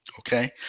Okay